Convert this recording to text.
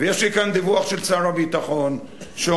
ויש לי כאן דיווח של שר הביטחון שאומר